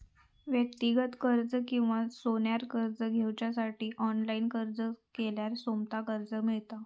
व्यक्तिगत कर्ज किंवा सोन्यार कर्ज घेवच्यासाठी ऑनलाईन अर्ज केल्यार सोमता कर्ज मेळता